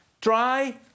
try